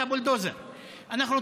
אתה בולדוזר.